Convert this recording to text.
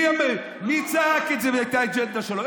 מי צעק את האג'נדה שלו?